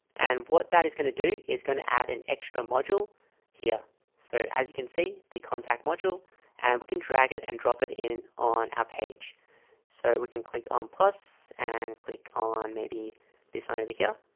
and what that is going to do is going to add an extra module here so as you can see the contact module and we can drag it and drop it in on our page so we can click on plus and click on maybe this one over here.